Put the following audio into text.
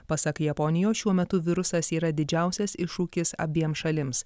pasak japonijos šiuo metu virusas yra didžiausias iššūkis abiem šalims